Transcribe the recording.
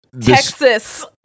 texas